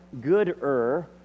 gooder